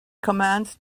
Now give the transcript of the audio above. commenced